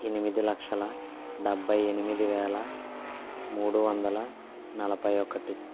ఎనిమిది లక్షల డెబ్బై ఎనిమిది వేల మూడు వందల నలబై ఒకటి